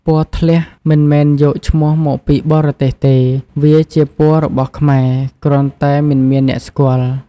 ពណ៌ធ្លះ មិនមែនយកឈ្មោះមកពីបរទេសទេ វាជាពណ៌របស់ខ្មែរ គ្រាន់តែមិនមានអ្នកស្គាល់។